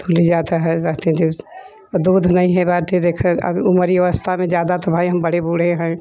धूलि जाता है उमरी अवस्था में ज़्यादा तो भाई हम बड़े बूढ़े है